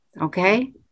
okay